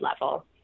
level